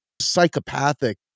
psychopathic